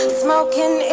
smoking